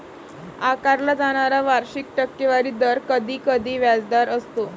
आकारला जाणारा वार्षिक टक्केवारी दर कधीकधी व्याजदर असतो